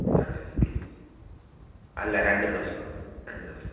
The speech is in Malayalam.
എന്താ ഉള്ളതെന്നു വച്ചാൽ പിന്നെ അല്ല രണ്ട് ദിവസം വേണം രണ്ട് ദിവസത്തേക്ക്